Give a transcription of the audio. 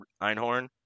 Einhorn